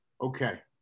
okay